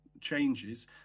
changes